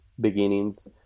beginnings